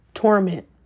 torment